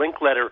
Linkletter